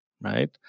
right